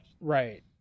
right